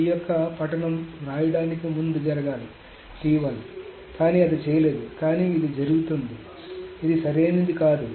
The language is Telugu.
కాబట్టి T యొక్క పఠనం వ్రాయడానికి ముందు జరగాలి కానీ అది చేయలేదు కానీ ఇది జరుగుతుంది కాబట్టి ఇది సరైనది కాదు